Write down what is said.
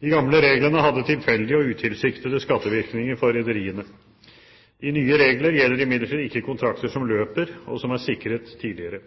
De gamle reglene hadde tilfeldige og utilsiktede skattevirkninger for rederiene. De nye reglene gjelder imidlertid ikke kontrakter som løper, og som er sikret tidligere.